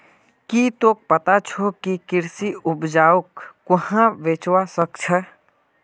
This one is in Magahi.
की तोक पता छोक के कृषि उपजक कुहाँ बेचवा स ख छ